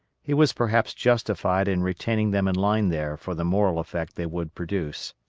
he was perhaps justified in retaining them in line there for the moral effect they would produce.